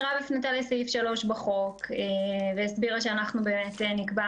מירב הפנתה לסעיף 3 בחוק והסבירה שאנחנו באמת נקבע